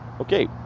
Okay